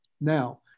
Now